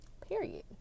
period